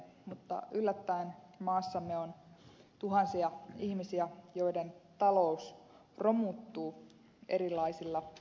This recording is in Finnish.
mutta yllättäen maassamme on tuhansia ihmisiä joiden talous romuttuu erilaisilla asiakasmaksuilla